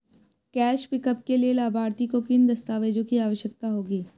Cash pickup के लिए लाभार्थी को किन दस्तावेजों की आवश्यकता होगी?